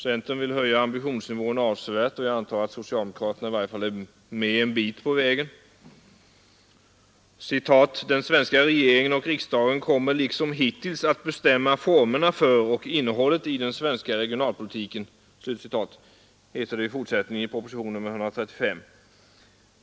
Centern vill höja ambitionsnivån avsevärt, och jag antar att socialdemokraterna i varje fall är med en bit på vägen. ”Den svenska regeringen och riksdagen kommer liksom hittills att bestämma formerna för och innehållet i den svenska regionalpolitiken”, heter det i propositionen 135.